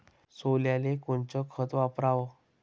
सोल्याले कोनचं खत वापराव?